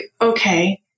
okay